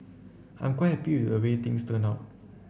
I'm quite happy a way things turned out